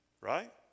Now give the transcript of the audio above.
Right